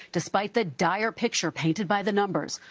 despite the dire picture painted by the numbers.